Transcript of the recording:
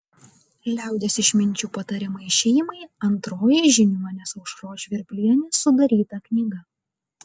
liaudies išminčių patarimai šeimai antroji žiniuonės aušros žvirblienės sudaryta knyga